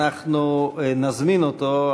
נזמין אותו,